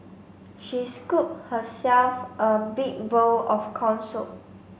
she scooped herself a big bowl of corn soup